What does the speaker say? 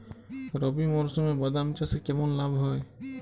রবি মরশুমে বাদাম চাষে কেমন লাভ হয়?